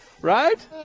Right